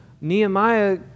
Nehemiah